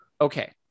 Okay